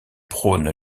prône